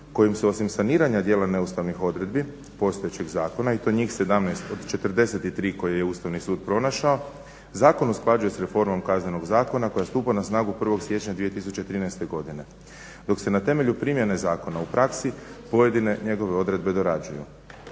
kojim se osim saniranja dijela neustavnih odredbi postojećeg zakona i to njih 17 od 43 koji je Ustavni sud pronašao zakon usklađuje s reformom Kaznenog zakona koja stupa na snagu 1. siječnja 2013. godine. Dok se na temelju primjene zakona u praksi pojedine njegove odredbe dorađuju.